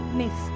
miss